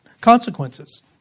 consequences